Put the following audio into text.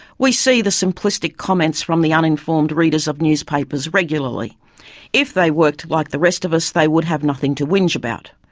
we see the simplistic comments from the uninformed readers of newspapers regularly if they worked like the rest of us, they would have nothing to whinge about.